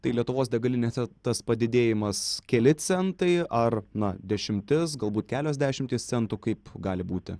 tai lietuvos degalinėse tas padidėjimas keli centai ar na dešimtis galbūt kelios dešimtys centų kaip gali būti